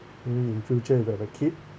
mm future and to have a kid